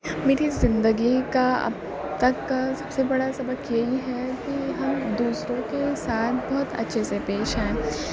میری زندگی کا اب تک کا سب سے بڑا سبق یہی ہے کہ ہم دوسروں کے ساتھ بہت اچھے سے پیش آئیں